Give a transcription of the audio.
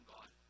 God